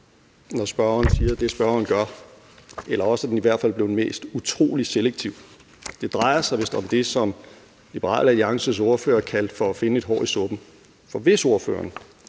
når spørgeren siger det, spørgeren gør. Eller også er den i hvert fald blevet læst utrolig selektivt. Det drejer sig vist om det, som Liberal Alliances ordfører kaldte for finde et hår i suppen, for hvis ordføreren